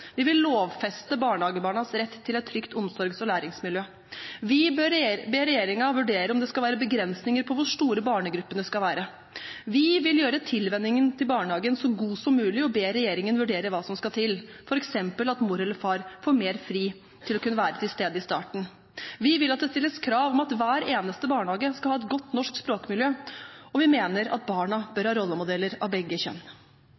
Vi vil lovfeste barnehagebarnas rett til et trygt omsorgs- og læringsmiljø. Vi ber regjeringen vurdere om det skal være begrensninger på hvor store barnegruppene skal være. Vi vil gjøre tilvenningen til barnehagen så god som mulig og ber regjeringen vurdere hva som skal til, f.eks. at mor eller far får mer fri til å kunne være til stede i starten. Vi vil at det stilles krav om at hver eneste barnehage skal ha et godt norsk språkmiljø. Og vi mener at barna bør ha rollemodeller av begge kjønn.